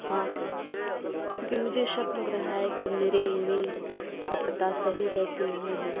ہاں سر کیونکہ مجھے شک لگ رہا ہے کہ میرے ای میل کا پتہ صحیح ہے کہ نہیں ہے